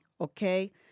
Okay